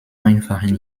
einfachen